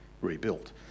rebuilt